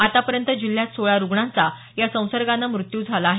आतापर्यंत जिल्ह्यात सोळा रुग्णांचा या संसर्गाने मृत्यू झाला आहे